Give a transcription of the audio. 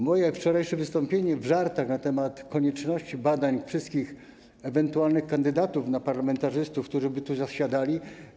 Moje wczorajsze wystąpienie, żarty na temat konieczności badania wszystkich ewentualnych kandydatów na parlamentarzystów, którzy by tu zasiadali.